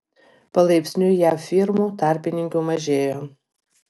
palaipsniui jav firmų tarpininkių mažėjo